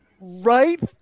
right